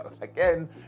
again